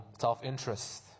self-interest